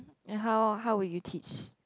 and how how would you teach